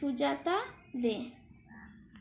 Sujata দে